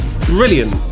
brilliant